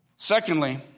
Secondly